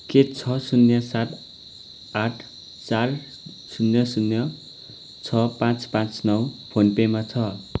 के छ शून्य सात आठ चार शून्य शून्य छ पाँच पाँच नौ फोन पे मा छ